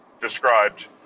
described